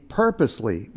purposely